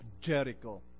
Jericho